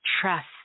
trust